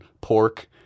pork